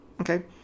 Okay